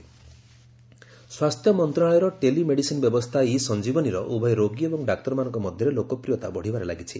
ଇ ସଂଜୀବନୀ ସ୍ୱାସ୍ଥ୍ୟ ମନ୍ତ୍ରଣାଳୟର telemedicine ବ୍ୟବସ୍ଥା ଇ ସଂଜୀବନୀ ର ଉଭୟ ରୋଗୀ ଏବଂ ଡାକ୍ତରମାନଙ୍କ ମଧ୍ୟରେ ଲୋକପ୍ରିୟତା ବଢ଼ିବାରେ ଲାଗିଛି